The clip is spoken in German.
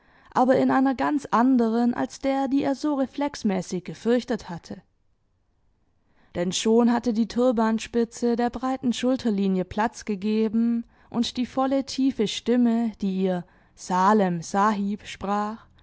aber in einer ganz anderen als der die er so reflexmäßig gefürchtet hatte denn schon hatte die turbanspitze der breiten schulterlinie platz gegeben und die volle tiefe stimme die ihr salem sahib sprach